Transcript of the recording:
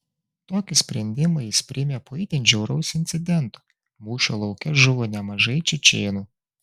tokį sprendimą jis priėmė po itin žiauraus incidento mūšio lauke žuvo nemažai čečėnų